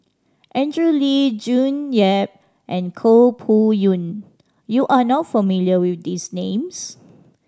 Andrew Lee June Yap and Koh Poh Koon you are not familiar with these names